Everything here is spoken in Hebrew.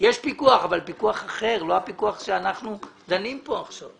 יש פיקוח אבל פיקוח אחר ולא הפיקוח עליו אנחנו דנים כאן עכשיו.